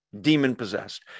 demon-possessed